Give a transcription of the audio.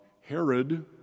Herod